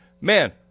man